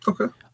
Okay